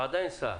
והוא עדיין שר,